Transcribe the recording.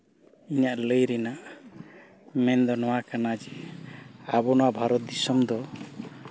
ᱤᱧᱟᱹᱜ ᱞᱟᱹᱭ ᱨᱮᱱᱟᱜ ᱢᱮᱱ ᱫᱚ ᱱᱚᱣᱟ ᱠᱟᱱᱟ ᱡᱮ ᱟᱵᱚ ᱱᱚᱣᱟ ᱵᱷᱟᱨᱚᱛ ᱫᱤᱥᱚᱢ ᱫᱚ